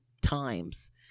times